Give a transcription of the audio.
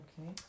Okay